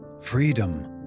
freedom